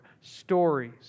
stories